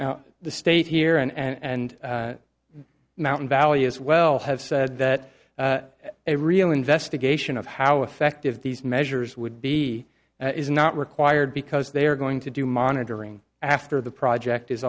the state here and mountain valley as well have said that a real investigation of how effective these measures would be is not required because they are going to do monitoring after the project is